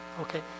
Okay